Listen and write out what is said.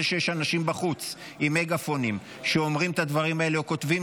זה שיש בחוץ אנשים עם מגפונים שאומרים את הדברים האלה או כותבים,